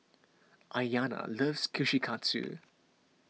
Aiyana loves Kushikatsu